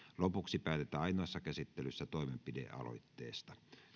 lopuksi päätetään ainoassa käsittelyssä toimenpidealoitteesta